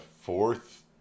fourth